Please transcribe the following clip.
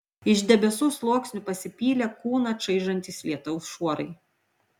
iš debesų sluoksnių pasipylė kūną čaižantys lietaus šuorai